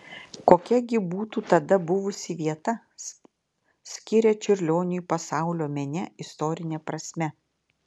kokia gi būtų tada buvusi vieta skiria čiurlioniui pasaulio mene istorine prasme